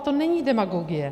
To není demagogie.